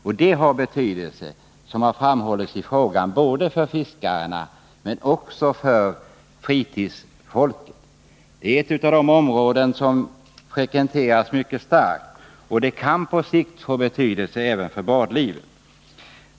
Och det har, som har framhållits i frågan, betydelse både för fiskarna och för fritidsfolket. Laholmsbukten är ett av de områden som frekventeras mycket starkt, och vattenföroreningarna kan på sikt få betydelse även för badlivet.